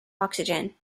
oxygen